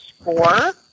score